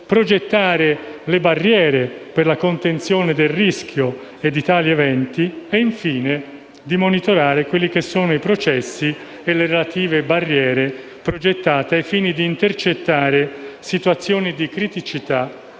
progettare le barriere per la contenzione del rischio e di tali eventi e, infine, monitorare i processi e le relative barriere progettate al fine di intercettare situazioni di criticità,